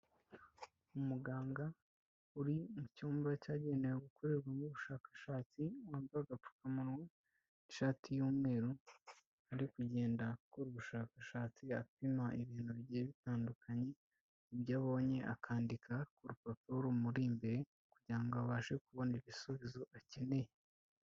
Umuganga uri mu cyumba cyagenewe gukorerwamo ubushakashatsi wambaye agapfukamunwa, ishati y'umweru, ari kugenda akora ubushakashatsi, apima ibintu bigiye bitandukanye, ibyo abonye akandika ku rupapuro rumuri imbere, kugira ngo abashe kubona ibisubizo akeneye.